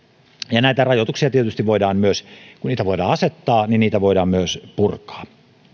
ja tietysti kun näitä rajoituksia voidaan asettaa niin niitä voidaan myös purkaa